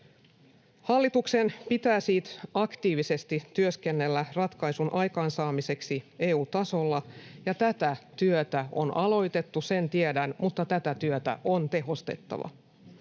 Hallituksen pitää siis aktiivisesti työskennellä ratkaisun aikaansaamiseksi EU-tasolla, ja tätä työtä on aloitettu — sen tiedän — mutta tätä työtä on tehostettava.